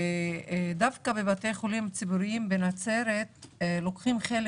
ודווקא בבתי חולים ציבוריים בנצרת לוקחים חלק